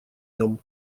нем